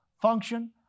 function